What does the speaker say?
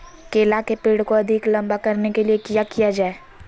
केला के पेड़ को अधिक लंबा करने के लिए किया किया जाए?